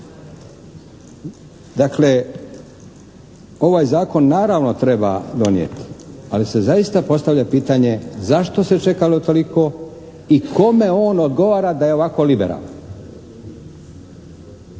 Dakle, ovaj Zakon naravno treba donijeti, ali se zaista postavlja pitanje zašto se čekalo toliko i kome on odgovara da je ovako liberalan?